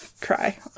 cry